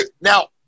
now